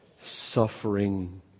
suffering